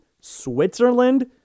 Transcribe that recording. Switzerland